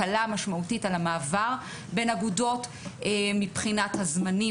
היא הקלה משמעותית על המעבר בין אגודות מבחינת הזמנים